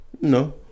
No